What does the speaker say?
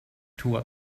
toward